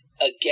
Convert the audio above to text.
again